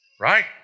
right